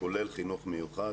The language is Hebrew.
כולל חינוך מיוחד,